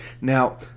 Now